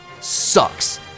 Sucks